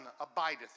abideth